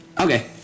Okay